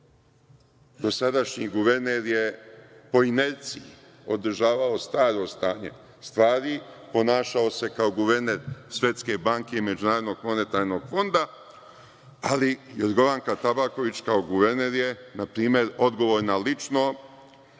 Dosadašnji guverner je po inerciji održavao staro stanje stvari, ponašao se kao guverner Svetske banke i MMF-a, ali Jorgovanka Tabaković kao guverner je, na primer, odgovorna lično